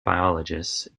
biologists